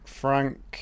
frank